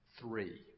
three